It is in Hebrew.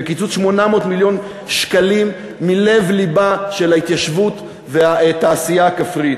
בקיצוץ 800 מיליון שקלים מלב-לבה של ההתיישבות והתעשייה הכפרית?